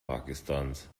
pakistans